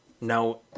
Now